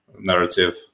narrative